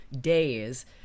days